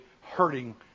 hurting